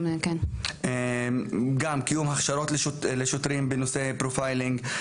גם קיום הכשרות לשוטרים בנושא "פרופיילינג",